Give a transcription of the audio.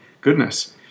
goodness